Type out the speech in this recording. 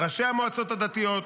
ראשי המועצות הדתיות,